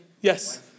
Yes